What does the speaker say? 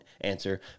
answer